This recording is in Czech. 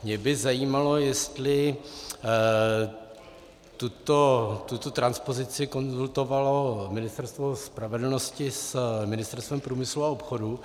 Mě by zajímalo, jestli tuto transpozici konzultovalo Ministerstvo spravedlnosti s Ministerstvem průmyslu a obchodu.